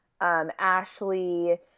Ashley